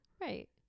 Right